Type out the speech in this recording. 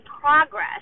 progress